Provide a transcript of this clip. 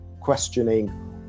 questioning